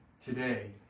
today